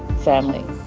family,